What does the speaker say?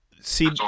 see